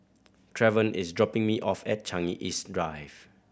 Trevon is dropping me off at Changi East Drive